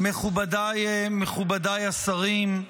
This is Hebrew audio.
-- מכובדיי השרים,